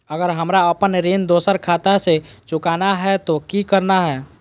अगर हमरा अपन ऋण दोसर खाता से चुकाना है तो कि करना है?